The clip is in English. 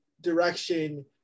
direction